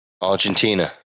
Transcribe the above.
Argentina